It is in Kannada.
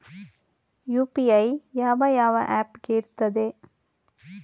ಯು.ಪಿ.ಐ ಯಾವ ಯಾವ ಆಪ್ ಗೆ ಇರ್ತದೆ?